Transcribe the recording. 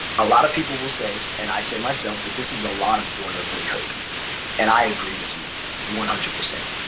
a lot of people will say, and i say myself, that this is a lot of boilerplate code and i agree with you one hundred percent.